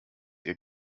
ihr